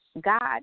God